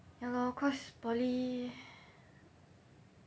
ya lor cause poly